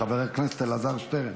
חבר הכנסת אלעזר שטרן.